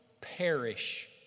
perish